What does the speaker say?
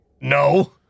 No